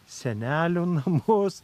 senelių namus